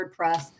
WordPress